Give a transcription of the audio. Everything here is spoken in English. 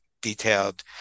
detailed